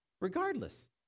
regardless